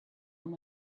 and